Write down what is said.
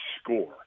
score